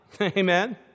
Amen